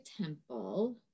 temple